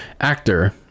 actor